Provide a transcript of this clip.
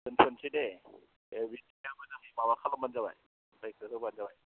दोन्थ'नोसै दै दे बिदिब्ला मोजाङै माबा खालामब्लानो जाबाय दैखो होब्लानो जाबाय